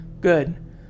Good